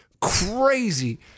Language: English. crazy